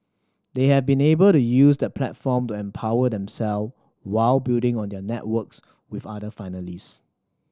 they have been able to use that platform to empower themself while building on their networks with other finalist